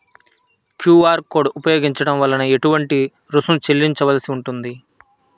QR code ఉపయోగించటం వలన ఏటువంటి రుసుం చెల్లించవలసి ఉంటుంది?